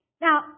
Now